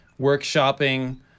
workshopping